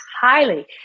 highly